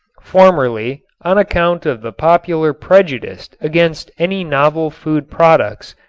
formerly, on account of the popular prejudice against any novel food products,